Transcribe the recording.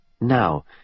Now